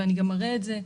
וגם אראה את זה,